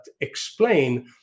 explain